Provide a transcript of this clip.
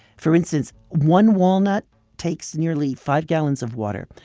for instance, one walnut takes nearly five gallons of water.